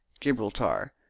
gibraltar.